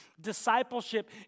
Discipleship